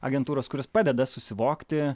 agentūros kurios padeda susivokti